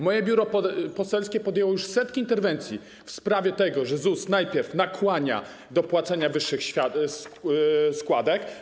Moje biuro poselskie podjęło już setki interwencji w sprawie tego, że ZUS najpierw nakłania do płacenia wyższych składek.